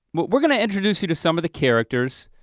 we're gonna introduce you to some of the characters,